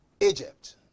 egypt